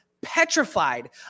petrified